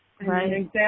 Right